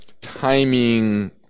timing